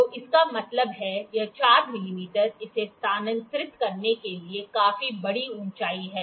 तो इसका मतलब है यह 4 मिमी इसे स्थानांतरित करने के लिए काफी बड़ी ऊंचाई है